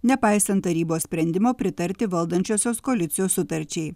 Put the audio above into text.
nepaisant tarybos sprendimo pritarti valdančiosios koalicijos sutarčiai